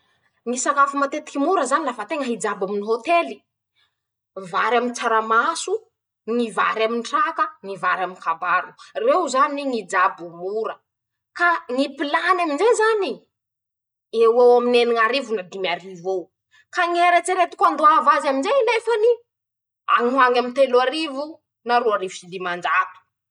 Ñy sakafo matetiky mora zany, lafa teña hijabo aminy hôtely, vary aminy tsaramaso, ñy vary amin-traka, ñy vary amin-kabaro, reo zany ñy jabo mora, ka ñy pilany am'izay zanyy eoeo aminy eniñ'arivo na dimy arivo eo, ka ñy eretreretiko handoava azy am'izay anefany, añy hjo añy aminy telo arivo na roarivo sy diman-jato.